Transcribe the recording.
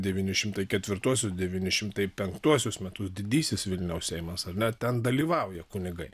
devyni šimtai ketvirtuosius devyni šimtai penktuosius metus didysis vilniaus seimas ar ne ten dalyvauja kunigai